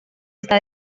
esta